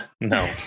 no